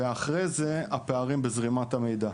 ואחרי זה על הפערים בזרימת המידע.